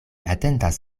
atendas